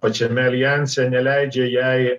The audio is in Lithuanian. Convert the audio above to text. pačiame aljanse neleidžia jai